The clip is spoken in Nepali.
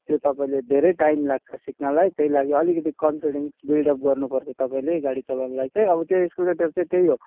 त्यो तपाईँले धेरै टाइम लाग्छ सिक्नलाई त्यही लागि अलिकति कन्फिडेन्स बिल्डअप गर्नुपर्छ तपाईँले गाडी चलाउनलाई चाहिँ अब त्यो एक्सिलेटर चाहिँ त्यही हो